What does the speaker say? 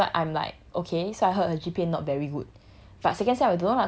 that's why I'm like okay so I heard her G_P_A not very good